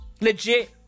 Legit